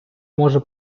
може